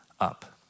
up